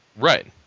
Right